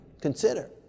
consider